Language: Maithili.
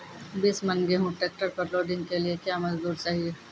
बीस मन गेहूँ ट्रैक्टर पर लोडिंग के लिए क्या मजदूर चाहिए?